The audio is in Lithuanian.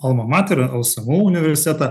alma mater lsmu universitetą